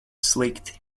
slikti